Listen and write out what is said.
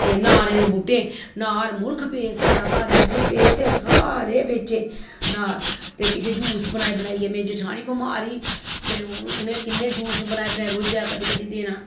ते नारें दे बूह्टे नार मुल्ख पे साढ़ै घर इन्ने पे ते सारे बेचे नार ते किश जूस बनाई बनाई मेरी जठानी बमार ही ते उ'नें किन्नै जूस बनाई बनाई रोजै दा क'ड्डी क'ड्डी देना